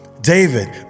David